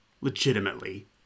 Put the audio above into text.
legitimately